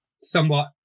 somewhat